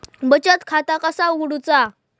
बचत खाता कसा उघडूचा?